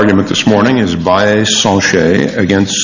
argument this morning is biased against